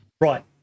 Right